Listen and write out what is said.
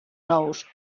nous